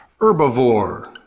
herbivore